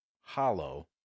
hollow